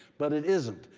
but it isn't.